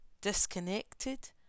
Disconnected